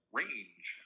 range